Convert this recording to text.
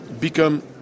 become